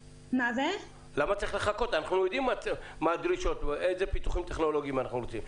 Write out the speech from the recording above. אנחנו יודעים איזה פיתוחים טכנולוגיים אנחנו רוצים.